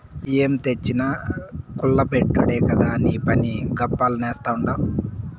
ఏం తెచ్చినా కుల్ల బెట్టుడే కదా నీపని, గప్పాలు నేస్తాడావ్